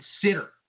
consider